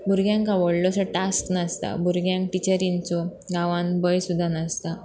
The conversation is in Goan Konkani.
भुरग्यांक व्हडलोसो टास्क नासता भुरग्यांक टिचरींचो गांवांत भय सुद्दां नासता